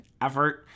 effort